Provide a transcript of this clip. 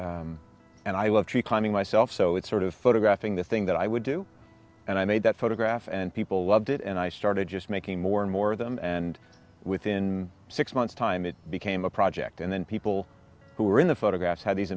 and i love tree climbing myself so it's sort of photographing the thing that i would do and i made that photograph and people loved it and i started just making more and more of them and within six months time it became a project and then people who were in the photographs had these